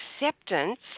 acceptance